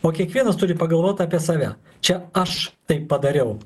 o kiekvienas turi pagalvot apie save čia aš taip padariau